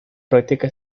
práctica